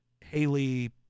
Haley